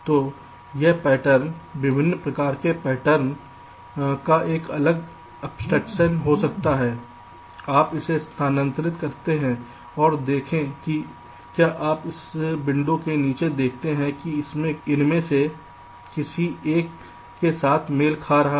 तो यह पैटर्न विभिन्न प्रकार के पैटर्न का एक अलग एब्स्ट्रेक्शन हो सकता है आप इसे स्थानांतरित करते हैं और देखें कि क्या आप इस विंडो के नीचे देखते हैं कि इनमें से किसी एक के साथ मेल खा रहा है